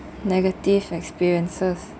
negative experiences